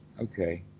Okay